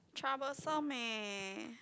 troublesome meh